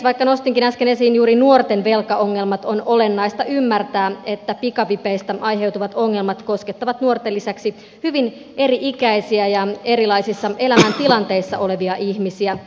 vaikka nostinkin äsken esiin juuri nuorten velkaongelmat on olennaista ymmärtää että pikavipeistä aiheutuvat ongelmat koskettavat nuorten lisäksi hyvin eri ikäisiä ja erilaisissa elämäntilanteissa olevia ihmisiä